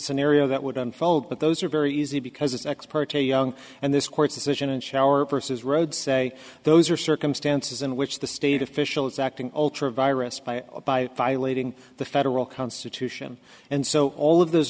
scenario that would unfold but those are very easy because it's ex parte young and this court's decision and shower versus road say those are circumstances in which the state official is acting ultra virus by a by violating the federal constitution and so all of th